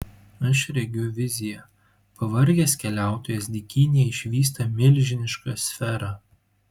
aš regiu viziją pavargęs keliautojas dykynėje išvysta milžinišką sferą